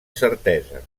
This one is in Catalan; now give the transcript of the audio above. certesa